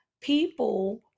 people